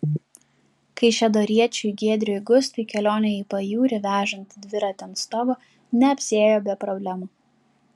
kaišiadoriečiui giedriui gustui kelionė į pajūrį vežant dviratį ant stogo neapsiėjo be problemų